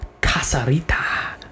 Casarita